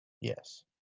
Yes